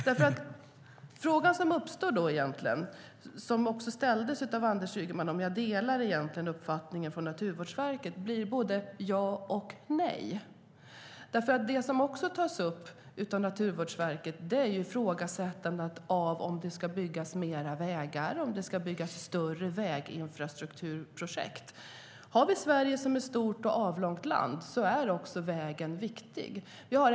Svaret på den fråga som uppstår och som Anders Ygeman också ställde - om jag delar Naturvårdsverkets uppfattning - blir både ja och nej. Naturvårdsverket tar ju också upp ifrågasättandet av om det ska byggas mer vägar och större väginfrastrukturprojekt. I Sverige, som är ett stort och avlångt land, är vägen viktig.